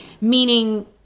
meaning